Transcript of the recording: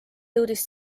jõudis